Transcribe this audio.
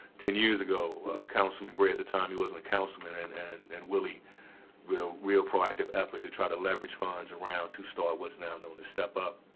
ten years ago councilman gray at the time he wasn't a councilman and and and willie were a real proactive effort to try to leverage funds around two star, what's now known as step up.